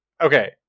Okay